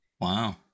wow